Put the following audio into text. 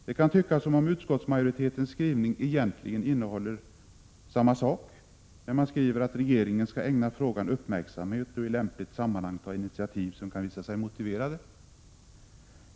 Det kan tyckas som om utskottsmajoritetens skrivning egentligen innehåller samma sak när man skriver att regeringen skall ägna frågan uppmärksamhet och i lämpligt sammanhang ta initiativ som kan visa sig motiverade.